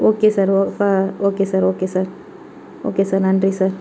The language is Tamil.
ஓகே சார் இப்போ okay sir okay sir okay sir நன்றி சார்